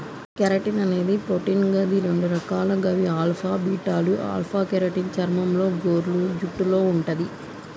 keratin అనేది protein గది రెండు రకాలు గవి ఆల్ఫా, బీటాలు ఆల్ఫ కెరోటిన్ చర్మంలో, గోర్లు, జుట్టులో వుంటది